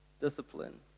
discipline